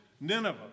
Nineveh